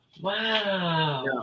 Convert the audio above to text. Wow